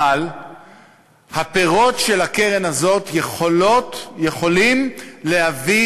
אבל הפירות של הקרן הזאת יכולים להביא